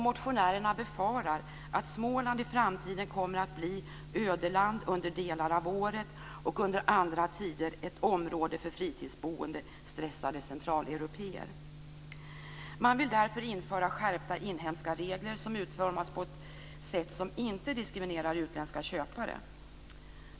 Motionärerna befarar att Småland i framtiden kommer att bli ödeland under delar av året och under andra tider ett område för fritidsboende stressade centraleuropéer. De vill därför införa skärpta inhemska regler som utformas på ett sätt som inte diskriminerar utländska köpare.